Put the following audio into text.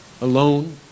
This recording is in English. alone